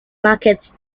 market